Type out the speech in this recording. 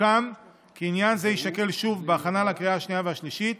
סוכם כי עניין זה יישקל שוב בהכנה לקריאה השנייה והשלישית,